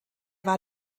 war